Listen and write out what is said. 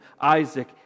Isaac